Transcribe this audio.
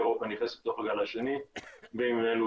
אירופה נכנסת לתוך הגל השני בימים אלו,